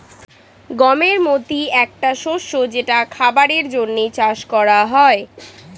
গমের মতি একটা শস্য যেটা খাবারের জন্যে চাষ করা হয়